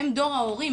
הם דור ההורים.